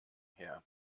her